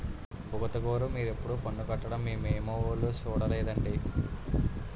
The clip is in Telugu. బుగతగోరూ మీరెప్పుడూ పన్ను కట్టడం మేమెవులుమూ సూడలేదండి